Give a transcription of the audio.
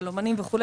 יהלומנים וכולי,